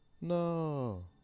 No